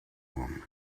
them